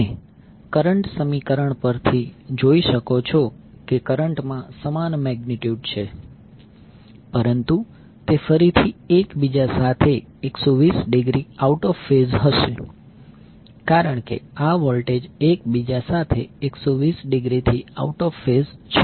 તમે કરંટ સમીકરણ પરથી જોઈ શકો છો કે કરંટ માં સમાન મેગ્નિટ્યુડ છે પરંતુ તે ફરીથી એકબીજા સાથે 120 ડિગ્રી આઉટ ઓફ ફેઝ હશે કારણ કે આ વોલ્ટેજ એકબીજ સાથે 120 ડિગ્રીથી આઉટ ઓફ ફેઝ છે